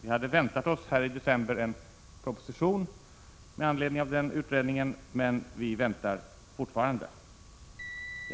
Vi hade väntat oss en proposition här i december med anledning av denna utredning, men vi har fortfarande inte fått någon.